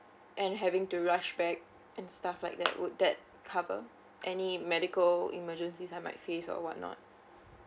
and having to rush back and stuff like that would that cover any medical emergency I might face or what not